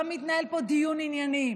לא מתנהל פה דיון ענייני.